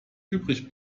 übrig